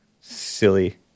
Silly